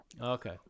Okay